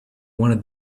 wanted